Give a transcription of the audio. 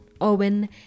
Owen